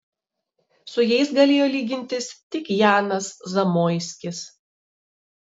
su jais galėjo lygintis tik janas zamoiskis